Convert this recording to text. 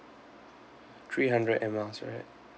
three hundred air miles right